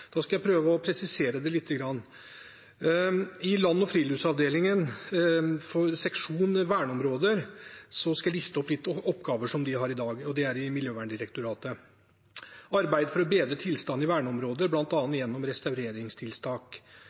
Da skal jeg prøve å presisere det litt. Jeg skal liste opp noen oppgaver som Land- og friluftslivavdelingen har i dag, i seksjonen for verneområder, og det er under Miljødirektoratet: arbeid for å bedre tilstanden i verneområder, bl.a. gjennom restaureringstiltak